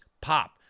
pop